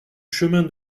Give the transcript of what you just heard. chemin